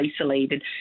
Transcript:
isolated